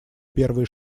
первые